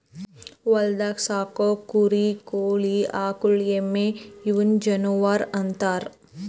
ಹೊಲ್ದಾಗ್ ಸಾಕೋ ಕುರಿ ಕೋಳಿ ಆಕುಳ್ ಎಮ್ಮಿ ಇವುನ್ ಜಾನುವರ್ ಅಂತಾರ್